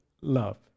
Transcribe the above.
love